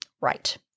Right